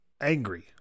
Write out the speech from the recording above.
angry